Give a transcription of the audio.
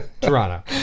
Toronto